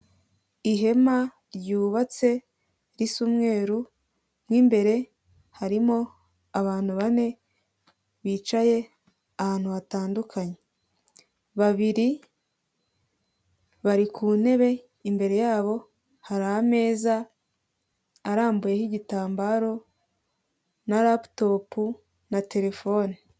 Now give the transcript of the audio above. Ihema ryubatse ris’umweru, m’imbere harimo abantu bane bicaye ahantu hatandukanye, babiri bari ku ntebe imbere yabo hari ameza arambuyeho igitambaro na laptop na terefone.